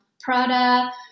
Prada